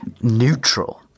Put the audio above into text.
neutral